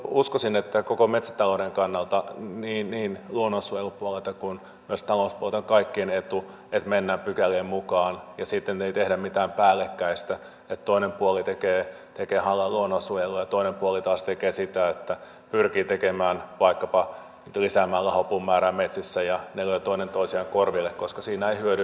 uskoisin että koko metsätalouden kannalta niin luonnonsuojelupuolelta kuin myös talouspuolelta on kaikkien etu että mennään pykälien mukaan ja ei tehdä mitään päällekkäistä että toinen puoli tekee hallaa luonnonsuojelulle ja toinen puoli taas pyrkii vaikkapa lisäämään lahopuun määrää metsissä ja ne lyövät toinen toisiaan korville koska siinä ei hyödy veronmaksaja eikä luonto